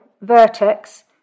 Vertex